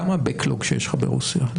כמה backlog יש לך ברוסיה,